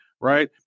right